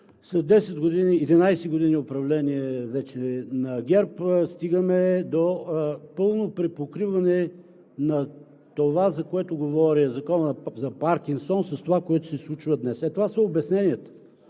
След вече 10 – 11 години управление на ГЕРБ стигаме до пълно припокриване на това, за което говори „Законът на Паркинсон“, с това, което се случва днес. Това са обясненията.